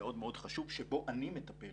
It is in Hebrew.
מאוד מאוד חשוב שבו אני מטפל